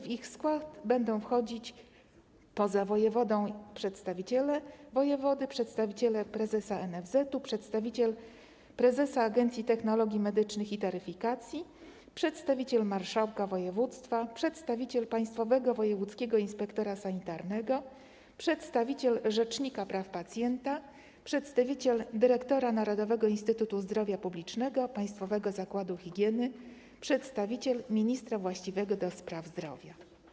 W ich skład będą wchodzić, poza wojewodą: przedstawiciele wojewody, przedstawiciele prezesa NFZ-u, przedstawiciel prezesa Agencji Technologii Medycznych i Taryfikacji, przedstawiciel marszałka województwa, przedstawiciel Państwowego Wojewódzkiego Inspektora Sanitarnego, przedstawiciel rzecznika praw pacjenta, przedstawiciel dyrektora Narodowego Instytutu Zdrowia Publicznego - Państwowego Zakładu Higieny, przedstawiciel ministra właściwego do spraw zdrowia.